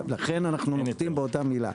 לכן אנחנו נוקטים באותה מילה.